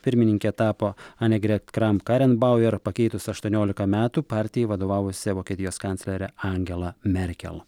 pirmininke tapo ane gret kram karenbau ir pakeitus aštuoniolika metų partijai vadovavusią vokietijos kanclerę angelą merkel